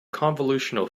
convolution